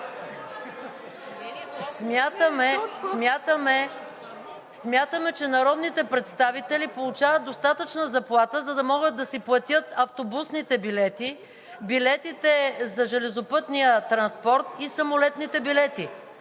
Смятаме, че народните представители получават достатъчна заплата, за да могат да си платят автобусните билети, билетите за железопътния транспорт и самолетните билети.